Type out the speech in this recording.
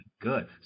good